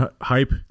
hype